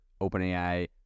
OpenAI